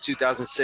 2006